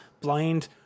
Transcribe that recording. blind